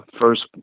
first